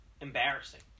embarrassing